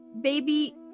baby